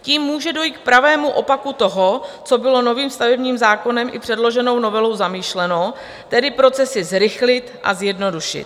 Tím může dojít k pravému opaku toho, co bylo novým stavebním zákonem i předloženou novelou zamýšleno, tedy procesy zrychlit a zjednodušit.